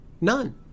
None